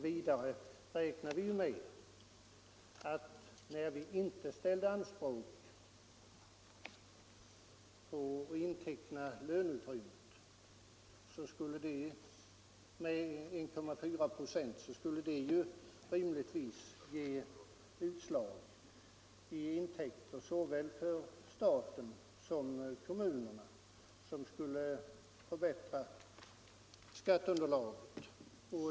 Vidare räknar vi med att när vi inte gjort anspråk på att inteckna löneutrymmet med 1,4 procent skall det rimligtvis ge utslag i intäkter såväl för staten som för kommunerna, vilket förbättrar skatteunderlaget.